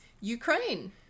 Ukraine